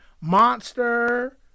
Monster